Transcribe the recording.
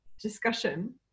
discussion